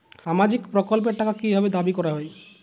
সামাজিক প্রকল্পের টাকা কি ভাবে দাবি করা হয়?